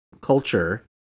culture